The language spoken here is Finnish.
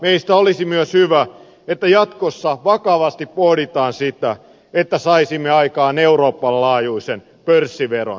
meistä olisi myös hyvä että jatkossa vakavasti pohditaan sitä että saisimme aikaan euroopan laajuisen pörssiveron